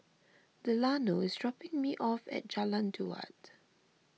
Delano is dropping me off at Jalan Daud